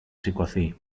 σηκωθεί